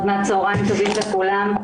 עוד מעט צהרים טובים לכולם.